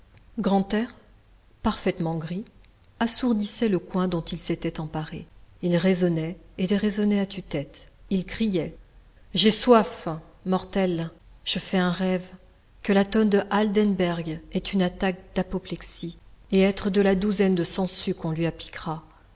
grantaire parfaitement gris assourdissait le coin dont il s'était emparé il raisonnait et déraisonnait à tue-tête il criait j'ai soif mortels je fais un rêve que la tonne de heidelberg ait une attaque d'apoplexie et être de la douzaine de sangsues qu'on lui appliquera